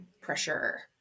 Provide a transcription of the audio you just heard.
pressure